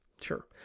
sure